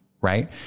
right